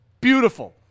beautiful